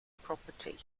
property